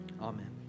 Amen